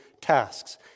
tasks